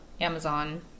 Amazon